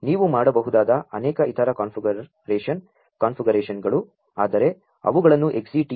ನೀ ವು ಮಾ ಡಬಹು ದಾ ದ ಅನೇ ಕ ಇತರ ಕಾ ನ್ಫಿಗರೇ ಶನ್ ಕಾ ನ್ಫಿಗರೇ ಶನ್ಗಳು ಆದರೆ ಅವು ಗಳನ್ನು XCTU ಕಾ ನ್ಫಿಗರೇ ಶನ್ ಪರದೆಯಲ್ಲಿ ಮಾ ಡಬಹು ದು